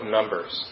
Numbers